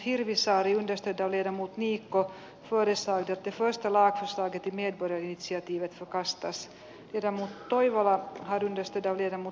eduskunta edellyttää että avioliittokäsitteen laajentamisesta lainsäädännössä koskemaan myös samaa sukupuolta olevia pareja järjestetään neuvoa antava kansanäänestys ennen asianomaisten lakien mahdollista muuttamista